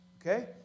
Okay